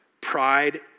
pride